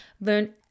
learn